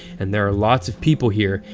and there are lots of people here,